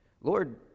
Lord